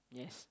yes